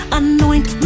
anoint